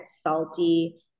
salty